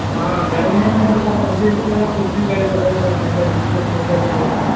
हा घर में आहिनि त असां पंहिंजे कुझु बि करे था सघूं पंहिंजा डिसिज़न खणी था सघूं